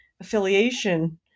affiliation